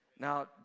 Now